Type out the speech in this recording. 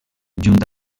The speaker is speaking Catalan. junt